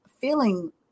feeling